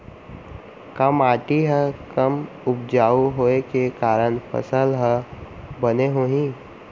का माटी हा कम उपजाऊ होये के कारण फसल हा बने होही?